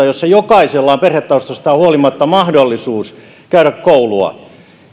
jossa jokaisella on perhetaustastaan huolimatta mahdollisuus käydä koulua